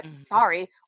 Sorry